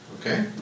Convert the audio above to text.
Okay